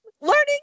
learning